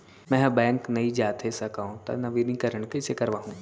मैं ह बैंक नई जाथे सकंव त नवीनीकरण कइसे करवाहू?